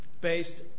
based